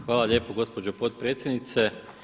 Hvala lijepo, gospođo potpredsjednice.